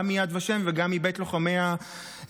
גם מיד ושם וגם מבית לוחמי הגטאות,